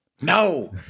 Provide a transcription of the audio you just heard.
No